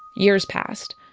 years passed.